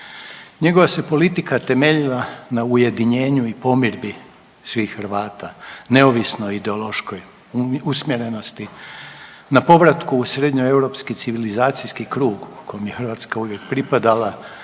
Njegova se politika temeljila na ujedinjenju i pomirbi svih Hrvata, neovisno o ideološkoj usmjerenosti. Na povratku u srednjoeuropski civilizacijski krug kojem je Hrvatska uvijek pripadala